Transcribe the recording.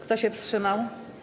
Kto się wstrzymał?